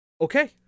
Okay